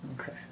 Okay